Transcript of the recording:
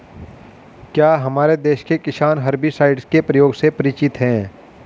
क्या हमारे देश के किसान हर्बिसाइड्स के प्रयोग से परिचित हैं?